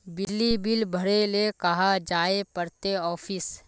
बिजली बिल भरे ले कहाँ जाय पड़ते ऑफिस?